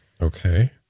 Okay